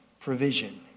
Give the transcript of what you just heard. provision